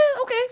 okay